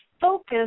focus